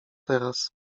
teraz